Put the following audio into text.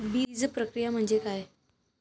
बीजप्रक्रिया म्हणजे काय?